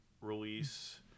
release